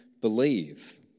believe